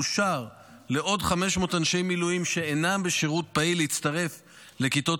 אושר לעוד 500 אנשי מילואים שאינם בשירות פעיל להצטרף לכיתות